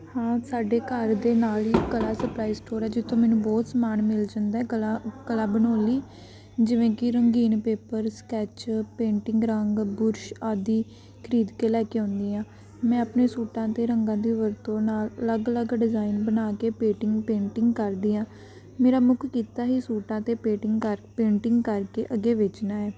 ਹਾਂ ਸਾਡੇ ਘਰ ਦੇ ਨਾਲ ਹੀ ਕਲਾ ਸਪਲਾਈ ਸਟੋਰ ਹੈ ਜਿੱਥੋਂ ਮੈਨੂੰ ਬਹੁਤ ਸਮਾਨ ਮਿਲ ਜਾਂਦਾ ਕਲਾ ਕਲਾ ਬਣਾਉਣ ਲਈ ਜਿਵੇਂ ਕਿ ਰੰਗੀਨ ਪੇਪਰ ਸਕੈਚ ਪੇਂਟਿੰਗ ਰੰਗ ਬੁਰਸ਼ ਆਦਿ ਖਰੀਦ ਕੇ ਲੈ ਕੇ ਆਉਂਦੀ ਹਾਂ ਮੈਂ ਆਪਣੇ ਸੂਟਾਂ 'ਤੇ ਰੰਗਾਂ ਦੀ ਵਰਤੋਂ ਨਾਲ ਅਲੱਗ ਅਲੱਗ ਡਿਜ਼ਾਇਨ ਬਣਾ ਕੇ ਪੇਟਿੰਗ ਪੇਂਟਿੰਗ ਕਰਦੀ ਹਾਂ ਮੇਰਾ ਮੁੱਖ ਕਿੱਤਾ ਹੀ ਸੂਟਾਂ 'ਤੇ ਪੇਟਿੰਗ ਕਰ ਪੇਂਟਿੰਗ ਕਰ ਕੇ ਅੱਗੇ ਵੇਚਣਾ ਹੈ